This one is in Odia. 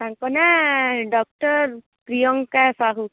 ତାଙ୍କ ନାଁ ଡକ୍ଟର ପ୍ରିୟଙ୍କା ସାହୁ